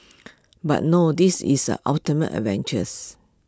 but no this is ultimate adventures